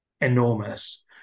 enormous